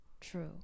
True